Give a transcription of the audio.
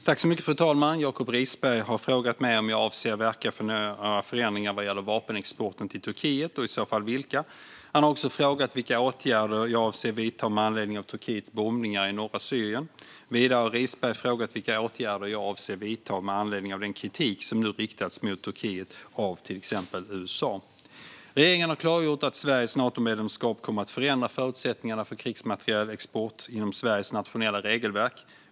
Fru talman! Jacob Risberg har frågat mig om jag avser att verka för några förändringar vad gäller vapenexporten till Turkiet, och i så fall vilka. Han har också frågat vilka åtgärder jag avser att vidta med anledning av Turkiets bombningar i norra Syrien. Vidare har Risberg frågat vilka åtgärder jag avser att vidta med anledning av den kritik som nu riktas mot Turkiet av till exempel USA. Regeringen har klargjort att Sveriges Natomedlemskap kommer att förändra förutsättningarna för krigsmaterielexport inom Sveriges nationella regelverk.